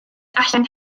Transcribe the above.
allan